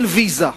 על ויזה.